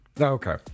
okay